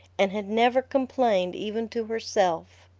and had never complained even to herself.